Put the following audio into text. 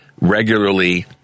regularly